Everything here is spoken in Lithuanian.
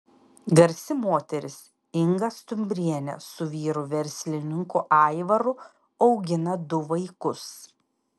garsi moteris inga stumbrienė su vyru verslininku aivaru augina du vaikus